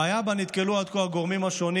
הבעיה שבה נתקלו עד כה הגורמים השונים